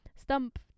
Stump